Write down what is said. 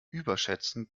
überschätzen